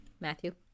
Matthew